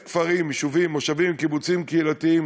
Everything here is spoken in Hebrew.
1,000 כפרים, יישובים, מושבים וקיבוצים קהילתיים